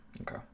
Okay